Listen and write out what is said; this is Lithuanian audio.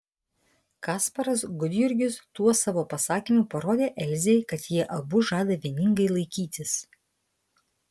kasparas gudjurgis tuo savo pasakymu parodė elzei kad jie abu žada vieningai laikytis